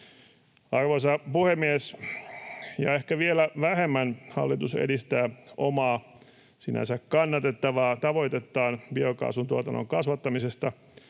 Arvoisa puhemies! Ehkä vielä vähemmän hallitus edistää omaa, sinänsä kannatettavaa tavoitettaan biokaasun tuotannon kasvattamisesta